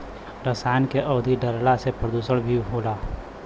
रसायन के अधिक डलला से प्रदुषण भी होला